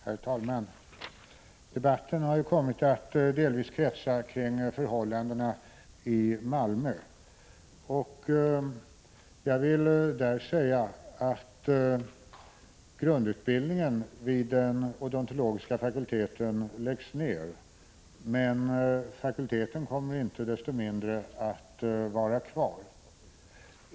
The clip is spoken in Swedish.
Herr talman! Debatten har ju kommit att delvis kretsa kring förhållandena i Malmö. Grundutbildningen vid den odontologiska fakulteten läggs ned, men fakulteten kommer inte desto mindre att vara kvar.